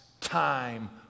time